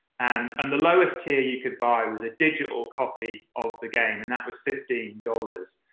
and and the lowest tier you could buy was a digital copy of the game. and that was fifteen dollars.